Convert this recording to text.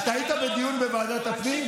אתה היית בדיון בוועדת הפנים?